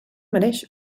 mereix